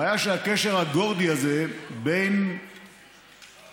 הבעיה היא שהקשר הגורדי הזה בין צווים,